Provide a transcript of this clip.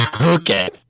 Okay